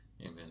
Amen